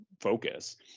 focus